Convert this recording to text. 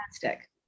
Fantastic